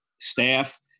staff